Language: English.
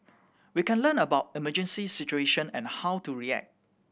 we can learn about emergency situation and how to react